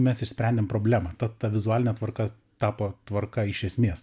mes išsprendėm problemą ta ta vizualinė tvarka tapo tvarka iš esmės